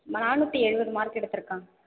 நானூற்றி எழுபது மார்க் எடுத்துருக்கான்